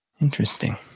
interesting